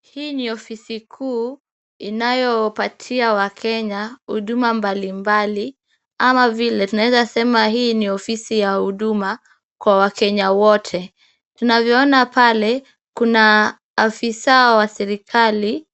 Hii ni ofisi kuu inayopatia wakenya huduma mbalimbali, kama vile tunaeza sema hii ni ofisi ya huduma kwa wakenya wote. Tunavyoona pale, kuna ofisa wa serikali